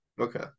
okay